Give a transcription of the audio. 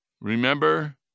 remember